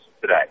today